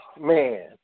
man